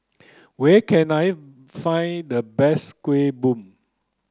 where can I find the best Kuih Bom